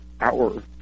hour